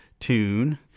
tune